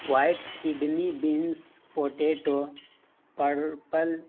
white kidney beans potato purple